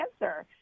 answer